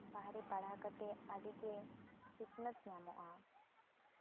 ᱵᱟᱦᱨᱮ ᱯᱟᱲᱦᱟᱜ ᱠᱟᱛᱮᱜ ᱟᱹᱰᱤ ᱜᱮ ᱥᱤᱠᱷᱱᱟᱹᱛ ᱧᱟᱢᱚᱜᱼᱟ